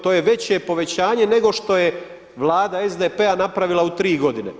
To je veće povećanje nego što je Vlada SDP-a napravila u tri godine.